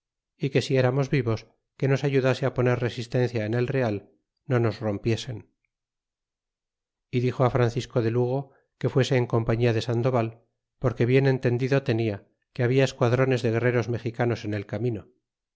é que si eramos vivos que nos ayudase poner resistencia en el real no nos rompiesen y dixo a francisco de lugo que fuese en compañía de sandoval porque bien entendido tenía que habla esquadrones de guerreros mexicanos en el camino